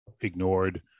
ignored